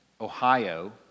Ohio